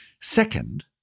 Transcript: Second